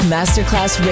Masterclass